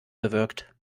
bewirkt